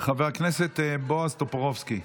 חבר הכנסת בועז טופורובסקי.